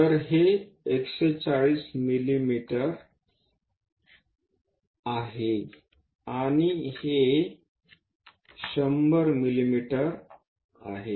तर हे 140 मिमी आहे आणि हे 100 मिमी आहे